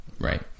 Right